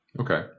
Okay